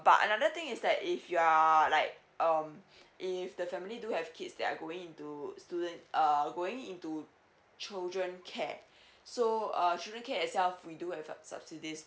but another thing is that if you're like um if the family do have kids that are going into students uh going into children care so uh children care itself we do have uh subsidies